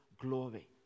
glory